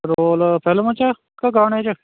role ਫਿਲਮਾਂ 'ਚ ਕਿ ਗਾਣੇ 'ਚ